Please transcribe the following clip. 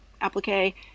applique